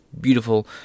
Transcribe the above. beautiful